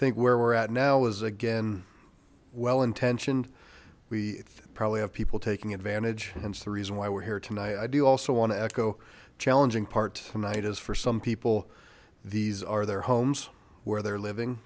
think where we're at now was again well intentioned we probably have people taking advantage and it's the reason why we're here tonight i do also want to echo challenging parts tonight is for some people these are their homes where they're living